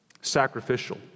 Sacrificial